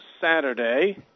Saturday